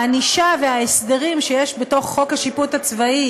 הענישה וההסברים שיש בתוך חוק השיפוט הצבאי